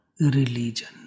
religion